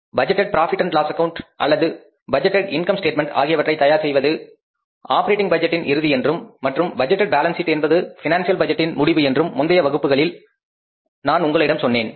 budgeted profit and loss account அல்லது budgeted income statement ஆகியவற்றை தயார் செய்வது ஆப்ரேட்டிங் பட்ஜெட்டின் இறுதி என்றும் மற்றும் பட்ஜெட்டேட் பேலன்ஸ் சீட் என்பது பினான்சியல் பட்ஜெட்டின் முடிவு என்றும் முந்தைய வகுப்பில் நான் உங்களிடம் சொன்னேன்